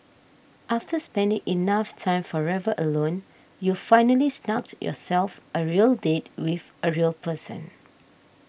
after spending enough time forever alone you've finally snugged yourself a real date with a real person